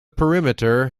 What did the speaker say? perimeter